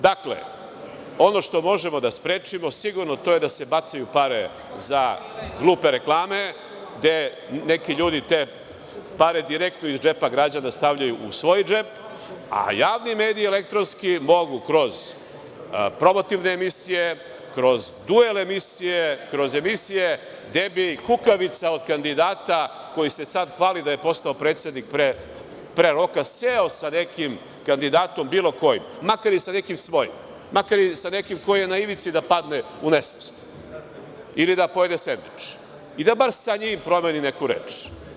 Dakle, ono što možemo da sprečimo sigurno je da se bacaju pare za glupe reklame gde neki ljudi te pare direktno iz džepa građana stavljaju u svoj džep, a javni elektronski mediji mogu kroz promotivne emisije, kroz duel emisije, kroz emisije gde bi kukavica od kandidata, koji se sada hvali da je postao predsednik pre roka, seo sa nekim kandidatom, bilo kojim, makar i sa nekim svojim, makar i sa nekim koji je na ivici da padne u nesvest ili da pojede sendvič i da bar sa njim promeni neku reč.